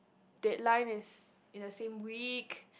deadline is in the same week